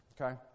okay